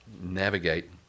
navigate